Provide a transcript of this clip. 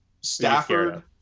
Stafford